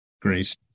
Great